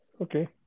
Okay